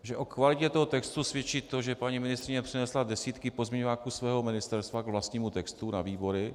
O kvalitě toho textu svědčí to, že paní ministryně přinesla desítky pozměňováků svého ministerstva k vlastnímu textu na výbory.